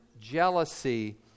jealousy